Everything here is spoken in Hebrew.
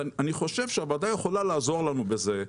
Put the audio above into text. אני חושב שהוועדה יכולה לעזור לנו בזה,